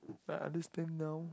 I understand now